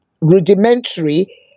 rudimentary